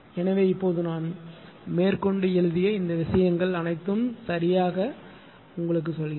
எனவே இப்போது நான் மேற்கொண்டு எழுதிய இந்த விஷயங்கள் அனைத்தும் சரியாக என்னவென்று உங்களுக்குச் சொல்கிறேன்